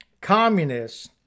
communists